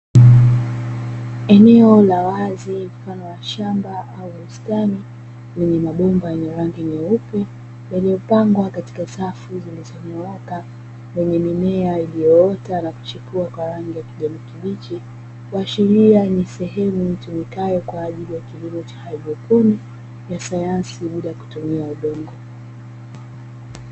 Eneo la wazi mfano wa shamba au bustani yenye mabomba yenye rangi nyeupe yaliyopangwa katika safu zilizonyooka, yenye mimea iliyoota na kuchipua kwa rangi ya kijani kibichi ikiashiria ni sehemu itumikayo ajili ya kilimo cha haidroponi cha sayansi bila kutumia udongo.